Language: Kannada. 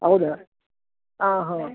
ಹೌದ ಹಾಂ ಹಾಂ